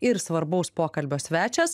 ir svarbaus pokalbio svečias